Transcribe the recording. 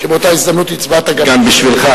שבאותה הזדמנות הצבעת גם בשבילי.